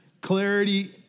clarity